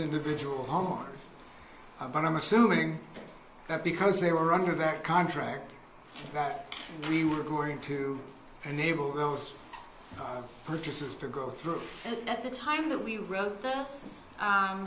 individual homeowners but i'm assuming that because they were under that contract that we were going to enable purchases to go through at the time that we